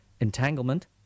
entanglement